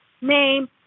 name